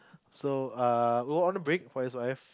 so err we were on a break for S_Y_F